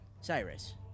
Cyrus